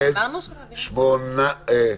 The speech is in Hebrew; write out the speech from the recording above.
הצבעה בעד,